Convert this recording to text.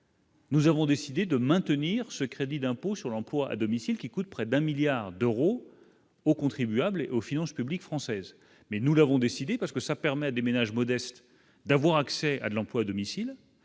Nous avons décidé de maintenir ce crédit d'impôt sur l'emploi à domicile qui coûte près d'un 1000000000 d'euros aux contribuables, aux finances publiques françaises mais nous l'avons décidé parce que ça permet à des ménages modestes d'avoir accès à l'emploi de missiles